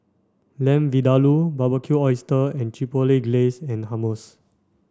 Lamb Vindaloo Barbecued Oysters and Chipotle Glaze and Hummus